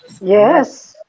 Yes